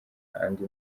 andy